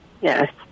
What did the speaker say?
Yes